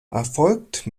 erfolgt